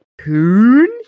Hoon